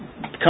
come